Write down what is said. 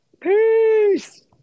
peace